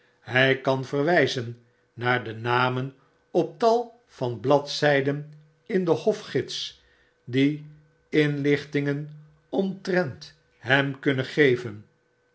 hfl kan verwijzen naar de namen op tal van bladznden in den hof gids die inlichtingen omtrent nemkunnen geven